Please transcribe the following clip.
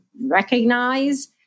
recognize